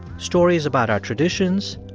stories about our traditions,